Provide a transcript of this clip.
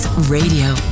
Radio